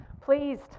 pleased